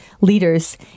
leaders